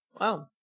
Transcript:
Wow